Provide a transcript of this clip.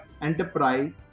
enterprise